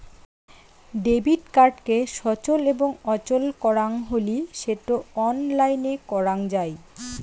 debit কার্ডকে সচল এবং অচল করাং হলি সেটো অনলাইনে করাং যাই